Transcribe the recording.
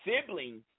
siblings